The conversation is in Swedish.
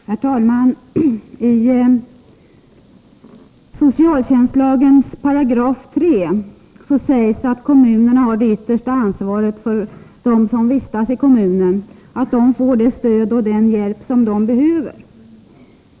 Herr talman! I socialtjänstlagens 3 § sägs att kommunen har det yttersta ansvaret för att de som vistas i kommunen får det stöd och den hjälp som de behöver.